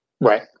Right